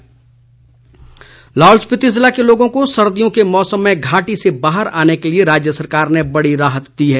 रोहतांग लाहौल स्पिति ज़िले के लोगों को सर्दियों के मौसम में घाटी से बाहर आने के लिए राज्य सरकार ने बड़ी राहत दी है